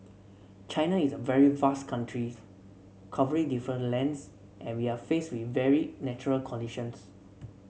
China is a very vast country covering different lands and we are faced with varied natural conditions